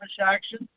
action